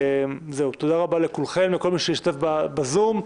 תודה רבה לכולכם לכל מי שהשתתף בזום,